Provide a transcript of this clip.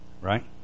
right